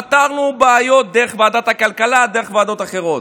פתרנו בעיות דרך ועדת הכלכלה ודרך ועדות אחרות.